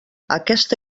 aquesta